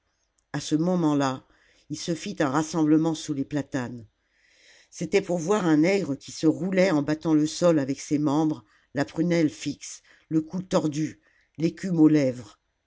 a ce moment là il se fit un rassemblement sous les salammbo i i platanes c'était pour voir un nègre qui se roulait en battant le sol avec ses membres la prunelle fixe le cou tordu l'écume aux lèvres